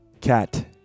cat